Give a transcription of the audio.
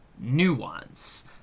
nuance